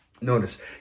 Notice